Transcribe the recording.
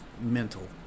mental